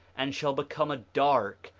and shall become a dark,